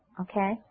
Okay